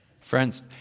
Friends